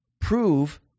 prove